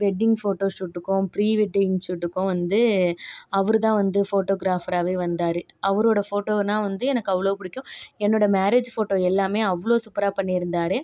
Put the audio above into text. wedding photo ஷூட்டுக்கும் pre wedding ஷூட்டுக்கும் வந்து அவருதான் வந்து போட்டோகிராஃபராகவே வந்தார் அவரோட ஃபோட்டோன்னா வந்து எனக்கு அவ்வளோ பிடிக்கும் என்னோட மேரேஜ் ஃபோட்டோ எல்லாமே அவ்வளோ சூப்பராக பண்ணியிருந்தாரு